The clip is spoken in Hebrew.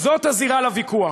זאת הזירה לוויכוח.